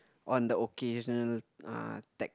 on the occasional uh tag